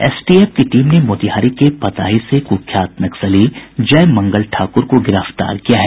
STF की team ने मोतिहारी के पताही से कुख्यात नक्सली जय मंगल ठाकुर को गिरफ्तार किया है